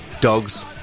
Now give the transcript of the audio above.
dogs